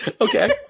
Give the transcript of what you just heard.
Okay